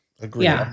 Agreed